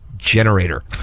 Generator